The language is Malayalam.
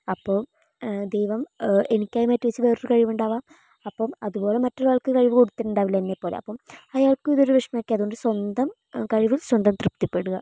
അപ്പോൾ ദൈവം എനിക്കായി മാറ്റിവച്ച വേറൊരു കഴിവുണ്ടാവാം അപ്പം അതുപോലെ മറ്റൊരാൾക്ക് കഴിവ് കൊടുത്തിട്ടുണ്ടാവില്ലേ എന്നെപോലെ അപ്പം അയാൾക്കും ഇതൊരു വിഷമമായിരിക്കാം അതുകൊണ്ട് സ്വന്തം കഴിവിൽ സ്വന്തം ത്രിപ്തിപ്പെടുക